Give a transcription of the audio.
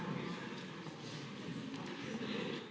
Hvala